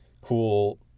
cool